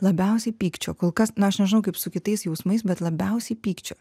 labiausiai pykčio kol kas na aš nežinau kaip su kitais jausmais bet labiausiai pykčio